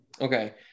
Okay